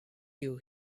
you